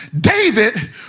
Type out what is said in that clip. David